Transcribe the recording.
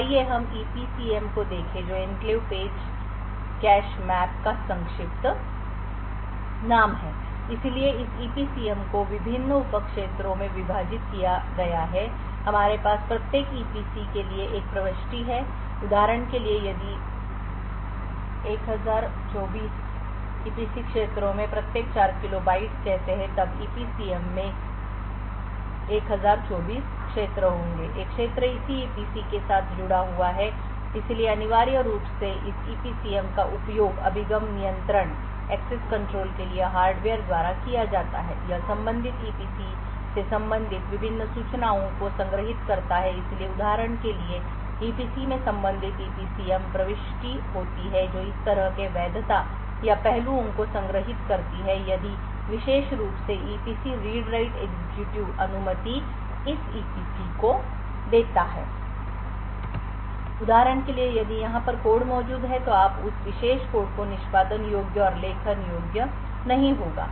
तो आइए हम ईपीसीएम को देखें जो एन्क्लेव पेज कैश मैप का संक्षिप्त नाम है इसलिए इस ईपीसीएम को विभिन्न उप क्षेत्रों में विभाजित किया गया है और हमारे पास प्रत्येक ईपीसी के लिए एक प्रविष्टि है उदाहरण के लिए यदि 1024 ईपीसी क्षेत्रों में प्रत्येक 4 किलो बाइट्स कहते हैं तब ईपीसीएम में 1024 क्षेत्र होंगे एक क्षेत्र इसी EPC के साथ जुड़ा हुआ है इसलिए अनिवार्य रूप से इस EPCM का उपयोग अभिगम नियंत्रण के लिए हार्डवेयर द्वारा किया जाता है यह संबंधित EPC से संबंधित विभिन्न सूचनाओं को संग्रहीत करता है इसलिए उदाहरण के लिए इस EPC में संबंधित EPCM प्रविष्टि होती है जो इस तरह के वैधता या पहलुओं को संग्रहीत करती है यदि विशेष रूप से ईपीसी रीड राइट एग्जीक्यूटिव अनुमति इस ईपीसी के देता है उदाहरण के लिए यदि यहां पर कोड मौजूद है तो आपके पास उस विशेष कोड को निष्पादन योग्य और लेखन योग्य नहीं होगा